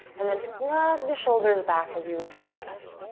and then plug the shoulders back as you lift your chest.